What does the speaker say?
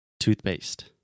Toothpaste